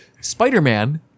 Spider-Man